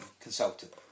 consultant